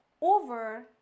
over